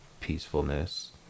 peacefulness